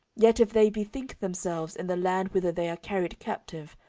yet if they bethink themselves in the land whither they are carried captive,